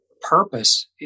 purpose